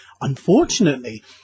Unfortunately